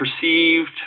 perceived